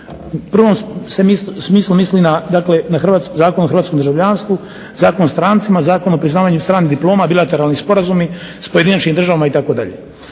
prvom se smislu misli na Zakon o hrvatskom državljanstvu, Zakon o strancima, Zakon o priznavanju stranih diploma, bilateralni sporazumi s pojedinačnim državama itd.